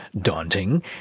daunting